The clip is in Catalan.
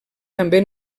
també